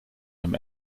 dem